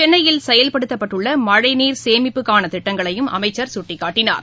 சென்னையில் செயல்படுத்தப்பட்டுள்ள மழைநீர் சேமிப்புக்கான திட்டங்களையும் அமைச்சர் சுட்டிக்காட்டினார்